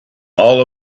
all